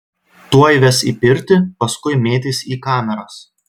tuoj ves į pirtį paskui mėtys į kameras